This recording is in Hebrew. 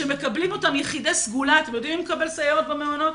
שמקבלים אותן יחידי סגולה אתם יודעים מי מקבל סייעות במעונות?